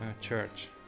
church